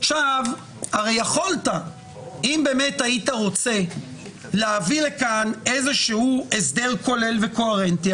אם באמת היית רוצה להביא לכאן איזשהו הסדר כולל וקוהרנטי,